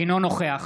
אינו נוכח